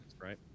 right